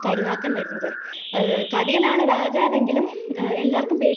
കരിനാക്കന് വരുന്നത് കടിയനാണ് രാജാവെങ്കിലും എല്ലാവര്ക്കും പേടി